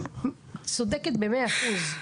צודקת במאה אחוז.